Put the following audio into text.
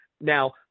Now